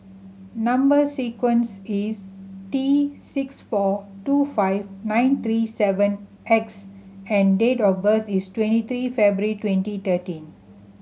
number sequence is T six four two five nine three seven X and date of birth is twenty three February twenty thirteen